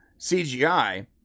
CGI